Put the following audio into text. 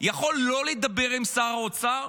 יכול לא לדבר עם שר האוצר?